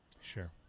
Sure